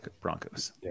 Broncos